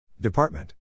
Department